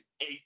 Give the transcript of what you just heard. eight